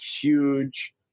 huge